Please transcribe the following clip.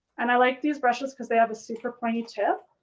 and i like these brushes cause they have a super pointy tip